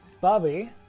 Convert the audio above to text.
Bobby